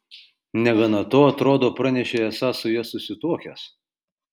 negana to atrodo pranešei esąs su ja susituokęs